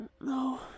No